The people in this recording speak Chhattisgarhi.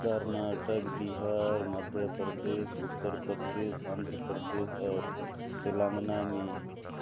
करनाटक, बिहार, मध्यपरदेस, उत्तर परदेस, आंध्र परदेस अउ तेलंगाना में